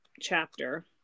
chapter